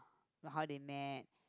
like how they met